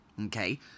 okay